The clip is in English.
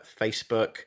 Facebook